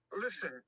Listen